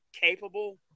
capable